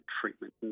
treatment